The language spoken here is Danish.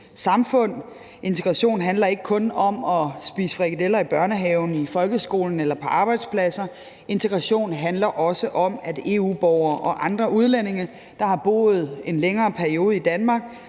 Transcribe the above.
samfund. Integration handler ikke kun om at spise frikadeller i børnehaven, i folkeskolen eller på arbejdspladser. Integration handler også om, at EU-borgere og andre udlændinge, der har boet en længere periode i Danmark,